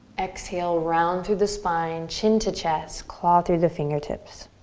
exhale round through the spine, chin to chest. claw through the fingertips.